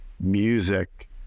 music